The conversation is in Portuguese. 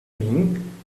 mim